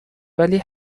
ولی